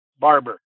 Barber